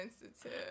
sensitive